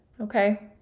okay